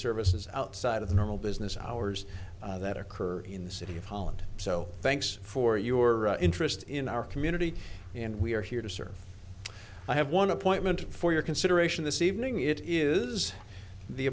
services outside of the normal business hours that occur in the city of holland so thanks for your interest in our community and we are here to serve i have one appointment for your consideration this evening it is the